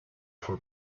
for